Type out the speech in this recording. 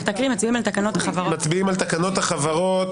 רק תקריא: מצביעים על תקנות החברות -- מצביעים על תקנות החברות.